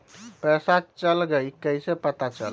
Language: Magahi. पैसा चल गयी कैसे पता चलत?